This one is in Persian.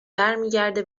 برمیگرده